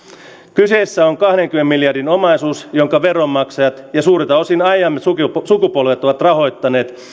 kyseessä on kahdenkymmenen miljardin omaisuus jonka veronmaksajat ja suurelta osin aiemmat sukupolvet sukupolvet ovat rahoittaneet